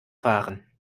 fahren